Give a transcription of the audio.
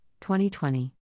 2020